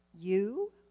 You